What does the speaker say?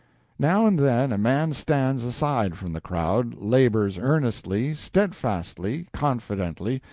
now and then a man stands aside from the crowd, labors earnestly, steadfastly, confidently,